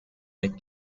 make